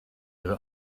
ihre